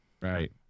right